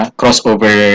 crossover